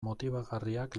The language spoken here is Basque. motibagarriak